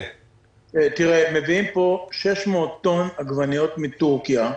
מביאים לפה 600 טון עגבניות מטורקיה,